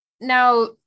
Now